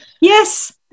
Yes